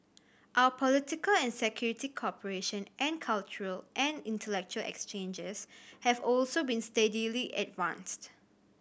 our political and security cooperation and cultural and intellectual exchanges have also been steadily advanced